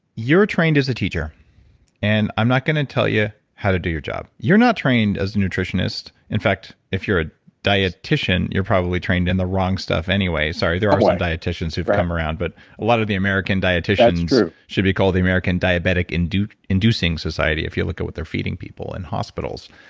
you're trained as a teacher and i'm not going to tell you how to do your job. you're not trained as a nutritionist. in fact, if you're a dietician, you're probably trained in the wrong stuff anyway. sorry there are some dieticians who've come around, but a lot of the american dieticians should be called the american diabetic inducing society if you look at what they're feeding people in hospitals.